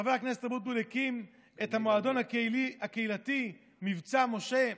חבר הכנסת אבוטבול הקים את המועדון הקהילתי מבצע משה,